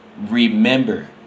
remember